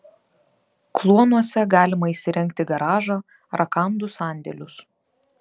kluonuose galima įsirengti garažą rakandų sandėlius